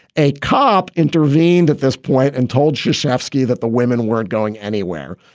a cop intervened at this point and told sharf ski that the women weren't going anywhere.